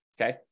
okay